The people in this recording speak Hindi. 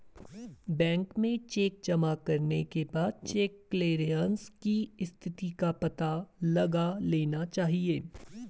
बैंक में चेक जमा करने के बाद चेक क्लेअरन्स की स्थिति का पता लगा लेना चाहिए